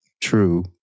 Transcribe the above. true